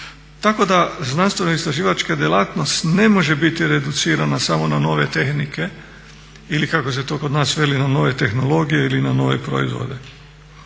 Tako da znanstvenoistraživačka djelatnost ne može biti reducirana samo na nove tehnike ili kako se to kod nas veli na nove tehnologije ili na nove proizvode.